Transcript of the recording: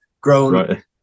grown